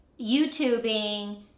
YouTubing